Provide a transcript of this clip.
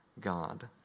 God